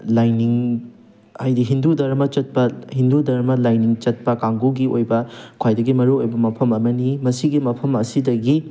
ꯂꯥꯏꯅꯤꯡ ꯍꯥꯏꯗꯤ ꯍꯤꯟꯗꯨ ꯗꯔꯃ ꯆꯠꯄ ꯍꯤꯟꯗꯨ ꯗꯔꯃ ꯂꯥꯏꯅꯤꯡ ꯆꯠꯄ ꯀꯥꯡꯕꯨꯒꯤ ꯑꯣꯏꯕ ꯈ꯭ꯋꯥꯏꯗꯒꯤ ꯃꯔꯨ ꯑꯣꯏꯕ ꯃꯐꯝ ꯑꯃꯅꯤ ꯃꯁꯤꯒꯤ ꯃꯐꯝ ꯑꯁꯤꯗꯒꯤ